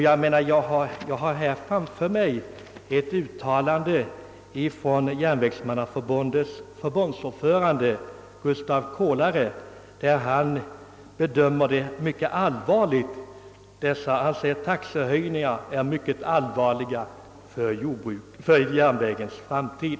Jag har här framför mig ett uttalande av järnvägsmannaförbundets ordförande Gustaf Kolare, som säger: »Taxehöjningar är mycket allvarliga för järnvägens framtid.»